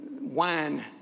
wine